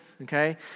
Okay